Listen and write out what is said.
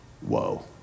whoa